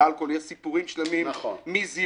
באלכוהול יש סיפורים שלמים, החל מזיופים.